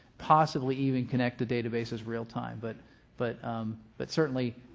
possibly even connect the databases realtime, but but but certainly